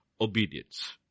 obedience